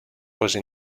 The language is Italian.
quali